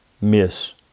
miss